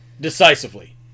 decisively